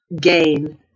gain